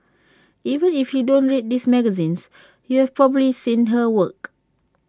even if you don't read these magazines you've probably seen her work